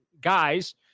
guys